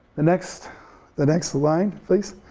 the next the next line, please.